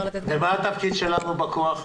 ומה התפקיד שלנו בכוח?